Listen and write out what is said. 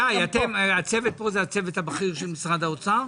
איתי, הצוות פה זה הצוות הבכיר של משרד האוצר?